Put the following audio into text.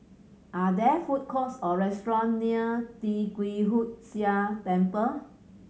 are there food courts or restaurants near Tee Kwee Hood Sia Temple